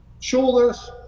shoulders